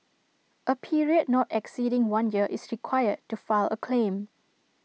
A period not exceeding one year is required to file A claim